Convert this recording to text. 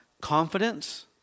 confidence